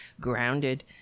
grounded